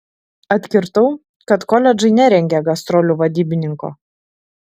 atkirtau kad koledžai nerengia gastrolių vadybininko